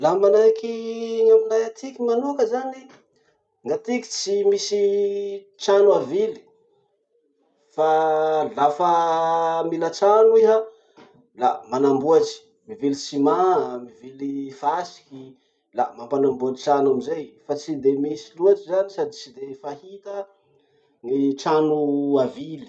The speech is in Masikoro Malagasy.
Laha manahaky aminay atiky manoka zany, gn'atiky tsy misy tany avily. Fa lafa mila trano iha, la manamboatry. Mivily ciments, mivily fasiky, la mampanamboatry trano amizay. Fa tsy de misy loatry zany sady tsy de fahita ny trano avily.